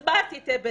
אז מה עשיתם בזה?